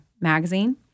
magazine